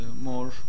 more